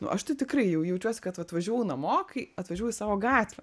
nu aš tai tikrai jau jaučiuosi kad vat važiuojau namo kai atvažiuojau į savo gatvę